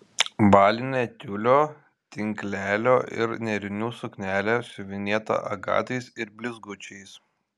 balinė tiulio tinklelio ir nėrinių suknelė siuvinėta agatais ir blizgučiais